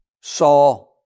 saw